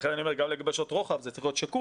לכן אני אומר שגם לגבי שעות רוחב זה צריך שקוף.